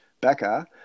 becca